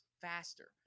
faster